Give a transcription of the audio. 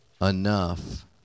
enough